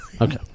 Okay